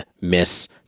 miss